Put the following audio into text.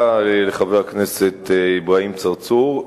לחבר הכנסת אברהים צרצור.